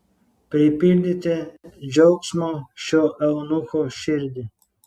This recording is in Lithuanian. pripildėte džiaugsmo šio eunucho širdį